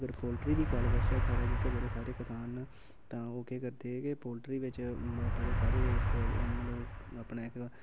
अगर पोलट्री दी गल्ल करचै साढै़ जेह्के बड़े सारे जेह्के किसान न तां ओह् केह् करदे कि पोलट्री बिच्च बड़े सारे मतलब अपने